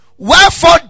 Wherefore